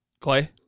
Clay